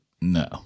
no